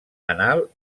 anal